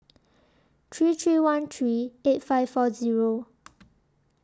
three three one three eight five four Zero